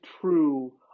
true